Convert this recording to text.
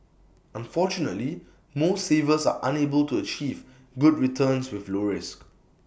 unfortunately most savers are unable to achieve good returns with low risk